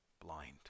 blind